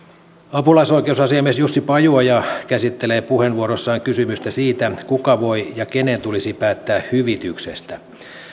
apulaisoikeusasiamies jussi pajuoja käsittelee puheenvuorossaan kysymystä siitä kuka voi ja kenen tulisi päättää hyvityksestä